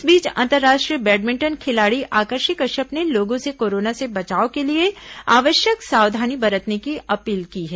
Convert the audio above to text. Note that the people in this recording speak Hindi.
इस बीच अंतर्राष्ट्रीय बैडमिंटन खिलाड़ी आकर्षि कश्यप ने लोगों से कोरोना से बचाव के लिए आवश्यक सावधानी बरतने की अपील की है